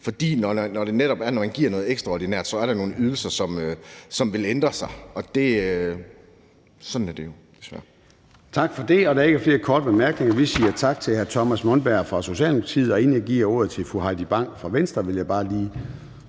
For når man netop giver noget ekstraordinært, er der nogle ydelser, som vil ændre sig. Og sådan er det jo, desværre.